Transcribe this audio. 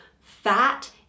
fat